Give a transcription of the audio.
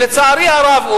לצערי הרב,